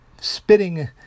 spitting